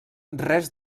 res